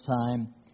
time